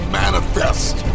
manifest